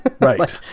Right